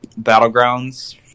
Battlegrounds